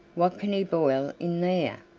what can he boil in there?